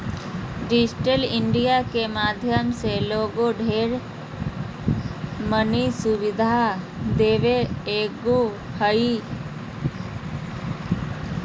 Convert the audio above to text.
digital India के माध्यम से लोगों के ढेर मनी सुविधा देवल गेलय ह